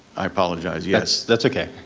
i apologize, yes. that's okay.